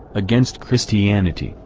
against christianity,